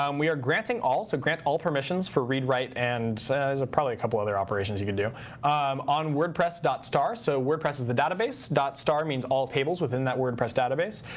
um we are granting all. so grant all permissions for read write and there's probably a couple other operations you can do um on wordpress dot star. so wordpress is the database. dot star means all tables within that wordpress database.